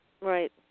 Right